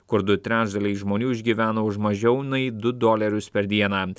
kur du trečdaliai žmonių išgyvena už mažiau nei du dolerius per dieną